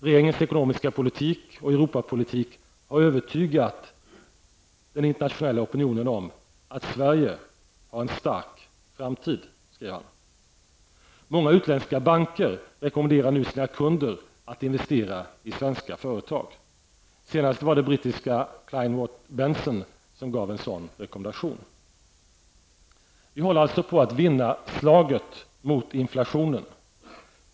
Regeringens ekonomiska politik och Europa-politik har övertygat den internationella opinionen om att Sverige har en stark framtid, skrev han. Många utländska banker rekommenderar nu sina kunder att investera i svenska företag. Senast var det brittiska Kleinwort Benson som gav en sådan rekommendation. Vi håller på att vinna slaget mot inflationen.